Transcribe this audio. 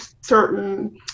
certain